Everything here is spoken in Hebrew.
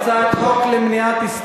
הצעת החוק התקבלה,